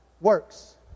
works